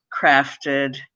crafted